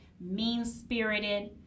mean-spirited